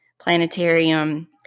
planetarium